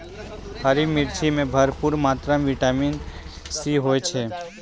हरी मिर्च मॅ भरपूर मात्रा म विटामिन सी होय छै